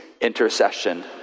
intercession